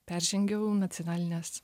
peržengiau nacionalinės